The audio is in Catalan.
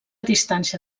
distància